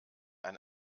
ein